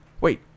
Wait